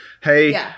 hey